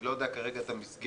אני לא יודע כרגע את המסגרת,